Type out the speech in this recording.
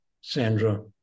Sandra